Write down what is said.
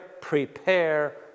prepare